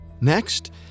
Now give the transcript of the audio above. Next